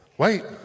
wait